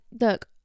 look